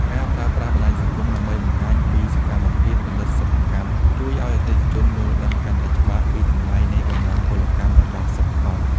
ការប្រើប្រាស់បណ្ដាញសង្គមដើម្បីបង្ហាញពីសកម្មភាពផលិតសិប្បកម្ម ជួយឱ្យអតិថិជនយល់ដឹងកាន់តែច្បាស់ពីតម្លៃនៃកម្លាំងពលកម្មរបស់សិប្បករ។